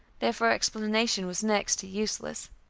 therefore explanation was next to useless.